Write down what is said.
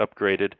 upgraded